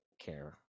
care